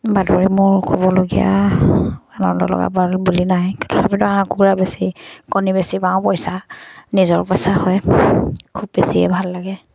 বাতৰি মোৰ ক'বলগীয়া আনন্দ লগা বুলি নাই তথাপিতো হাঁহ কুকুৰা বেছি কণী বেছি পাওঁ পইচা নিজৰ পইচা হয় খুব বেছিয়ে ভাল লাগে